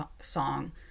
song